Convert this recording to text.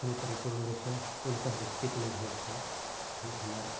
एखनो परिपूर्ण रूपसँ पूर्णतः विकसित नहि भेल छै हमर